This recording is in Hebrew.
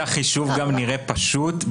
החישוב נראה פשוט,